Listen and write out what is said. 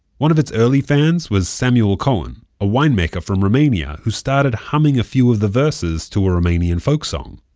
one of its early fans was samuel cohen, a winemaker from romania, who started humming a few of the verses to a romanian folk song,